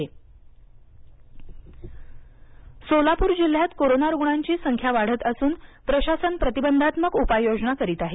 fire audit Solapur Solapur जिल्ह्यात corona रूग्णांची संख्या वाढत असून प्रशासन प्रतिबंधात्मक उपाययोजना करीत आहे